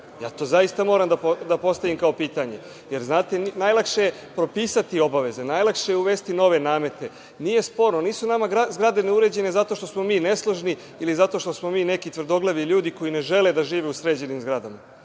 Ja to zaista moram da postavim kao pitanje. Najlakše je pisati obaveze, najlakše je propisati obaveze, najlakše je uvesti nove namete. Nije sporno, nisu nama zgrade neuređene zato što smo mi nesložni, ili zato što smo mi neki tvrdoglavi ljudi koji ne žele da žive u sređenim zgradama,